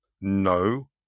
No